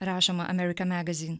rašoma amerika magazyn